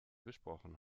besprochen